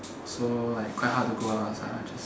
for like quite hard to go out lah just